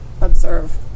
Observe